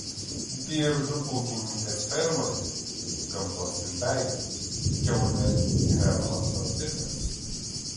biržų ūkininkės fermoje gamtos išdaiga kiaulė hermafroditas